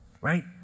right